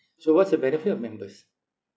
so what's the benefit of members